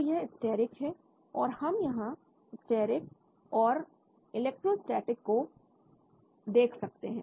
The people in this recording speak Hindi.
तो यह स्टेरिक है और हम यहां स्टेरिक और इलेक्ट्रोस्टेटिक को देख सकते हैं